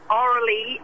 orally